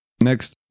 Next